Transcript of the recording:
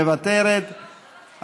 מוותרת,